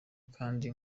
kandi